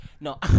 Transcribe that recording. no